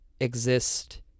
exist